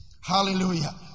Hallelujah